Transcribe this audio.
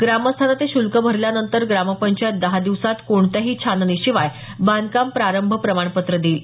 ग्रामस्थानं ते शूल्क भरल्यानंतर ग्रामपंचायत दहा दिवसात कोणत्याही छाननीशिवाय बांधकाम प्रारंभ प्रमाणपत्र देईल